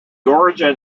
origin